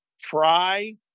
try